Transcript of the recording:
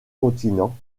continents